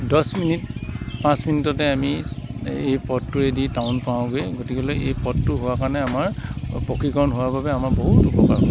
দহ মিনিট পাঁচ মিনিটতে আমি এই পথটোৱেদি টাউন পাওঁগৈ গতিকেলৈ এই পথটো হোৱা কাৰণে আমাৰ পকীকৰণ হোৱাৰ বাবে আমাৰ বহুত উপকাৰ হ'ল